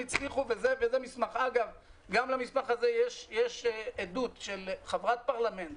גם למסמך הזה יש עדות של חברת פרלמנט